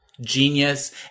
genius